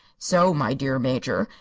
so, my dear major,